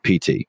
PT